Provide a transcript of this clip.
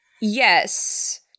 Yes